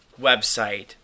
website